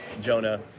Jonah